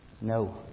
No